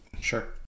Sure